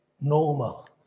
normal